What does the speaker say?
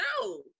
No